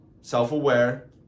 self-aware